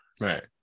Right